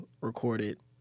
recorded